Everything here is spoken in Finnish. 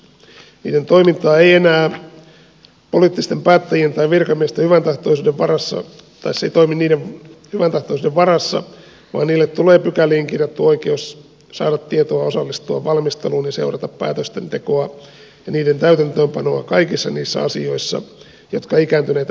ne eivät toimi enää poliittisten päättäjien tai virkamiesten hyväntahtoisuuden varassa vaan niille tulee pykäliin kirjattu oikeus saada tietoa osallistua valmisteluun ja seurata päätösten tekoa ja niiden täytäntöönpanoa kaikissa niissä asioissa jotka ikääntyneitä ihmisiä koskettavat